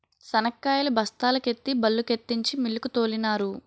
శనక్కాయలు బస్తాల కెత్తి బల్లుకెత్తించి మిల్లుకు తోలినారు